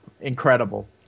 incredible